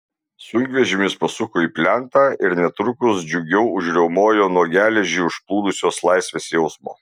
sunkvežimis pasuko į plentą ir netrukus džiugiau užriaumojo nuo geležį užplūdusios laisvės jausmo